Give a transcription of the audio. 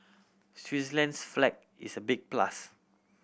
Switzerland's flag is a big plus